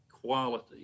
quality